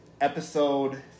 episode